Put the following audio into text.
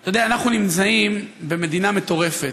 אתה יודע, אנחנו נמצאים במדינה מטורפת.